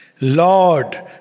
Lord